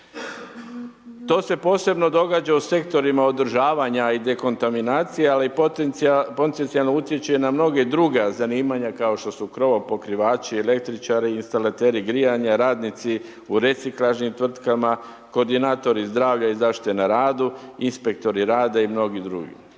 To se posebno događa u sektorima održavanja i dekontaminacije, ali potencijalno utječe na mnoga druga zanimanja kao što su krovopokrivači, električari, instalateri grijanja, radnici u reciklažnim tvrtkama, koordinatori zdravlja i zaštite na radu, inspektori rada i mnogi drugi.